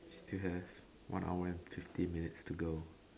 still have one hour and fifty minutes to go